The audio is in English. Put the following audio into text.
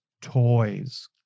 toys